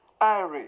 Irie